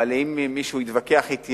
אבל אם מישהו יתווכח אתי,